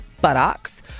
buttocks